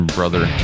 brother